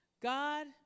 God